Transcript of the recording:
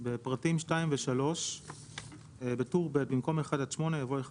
בפרטים 2 ו-3- (1) בטור ב' במקום "1 עד 8" יבוא "1